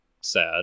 sad